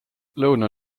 lõuna